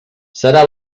serà